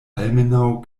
almenaŭ